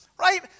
right